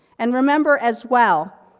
and, remember as well,